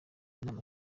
inama